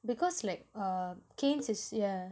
because like uh king's is yeah